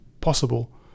possible